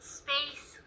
space